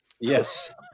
Yes